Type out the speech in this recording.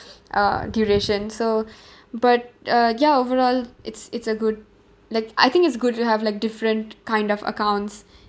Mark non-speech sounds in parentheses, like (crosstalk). uh duration so (breath) but uh ya overall it's it's a good like I think it's good to have like different kind of accounts